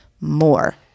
more